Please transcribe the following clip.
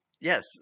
Yes